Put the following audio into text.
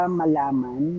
malaman